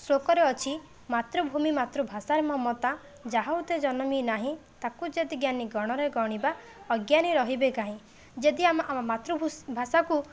ଶ୍ଳୋକରେ ଅଛି ମାତୃଭୂମି ମାତୃଭାଷାର ମମତା ଯାହା ହୃଦେ ଜନମି ନାହିଁ ତାକୁ ଯଦି ଜ୍ଞାନୀ ଗଣରେ ଗଣିବା ଅଜ୍ଞାନୀ ରହିବେ କାହିଁ ଯଦି ଆମେ ଆମ ମାତୃ ଭାଷାକୁ